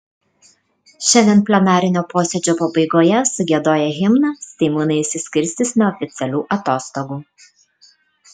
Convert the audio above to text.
šiandien plenarinio posėdžio pabaigoje sugiedoję himną seimūnai išsiskirstys neoficialių atostogų